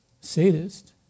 sadist